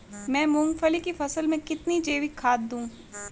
मैं मूंगफली की फसल में कितनी जैविक खाद दूं?